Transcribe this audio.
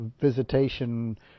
visitation